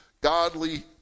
godly